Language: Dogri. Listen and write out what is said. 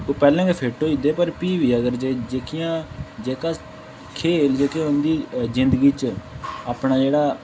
ओह् पैह्लें गै फिट्ट होई जंदे पर भी अगर जेह्कियां जेह्का खेढ जेह्के उ'नें जिंदगी च अपना जेह्ड़ा